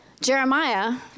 Jeremiah